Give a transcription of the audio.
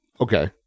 Okay